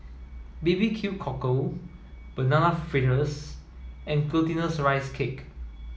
B B Q cockle banana fritters and glutinous rice cake